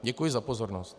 Děkuji za pozornost.